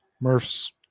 Murph's